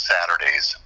Saturdays